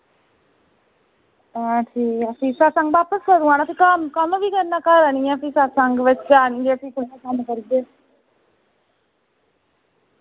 हां ठीक ऐ फ्ही सतसंग बाप्स कदूं आना फ्ही काम कम्म वी करना घर आह्नियै फ्ही सतसंग बिच जांगे फिर कम्म करगे